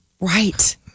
Right